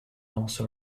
also